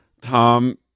tom